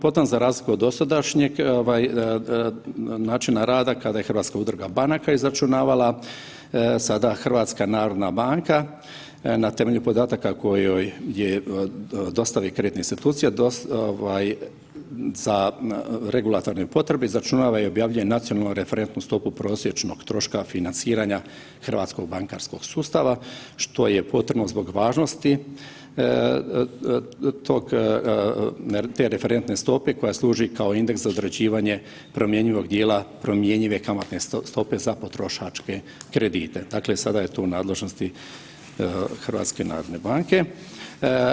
Potom, za razliku od dosadašnjeg ovaj načina rada kada je Hrvatska udruga banaka izračunavala, sada HNB na temelju podataka kojoj je dostave kreditnih institucija ovaj za regulatorne potrebe izračunava i objavljuje nacionalnu referentnu stopu prosječnog troška financiranja hrvatskog bankarskog sustava što je potrebno zbog važnosti tog, te referentne stope koja služi kao indeks za određivanje promjenjivog dijela promjenjive kamatne stope za potrošačke kredite, dakle sada je to u nadležnosti HNB-a.